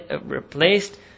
replaced